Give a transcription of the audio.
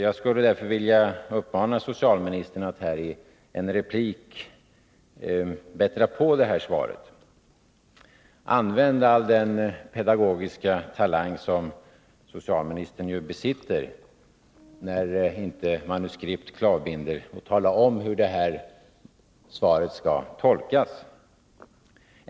Jag skulle därför vilja uppmana socialministern att i en replik bättra på det här svaret. Använd all den pedagogiska talang som socialministern ju besitter, när inte manuskript klavbinder, och tala om hur svaret skall tolkas!